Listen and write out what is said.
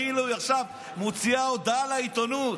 כאילו היא עכשיו מוציאה הודעה לעיתונות.